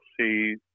see